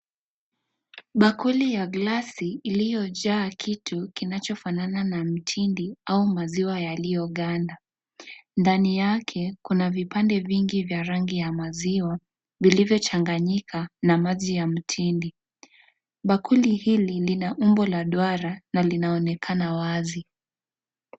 Bakuli ya glasi iliyojaa kitu kinachofanana na mtindi au maziwa yaliyoganda. Ndani yake kuna vipande vingi vya rangi ya maziwa vilivyochanganyika na maji ya mtindi . Bakuli hili Lina umbo la duara na linaonekana wazi.